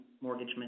mortgage